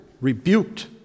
rebuked